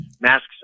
masks